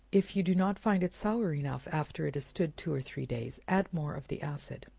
if you do not find it sour enough, after it has stood two or three days, add more of the acid.